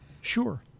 Sure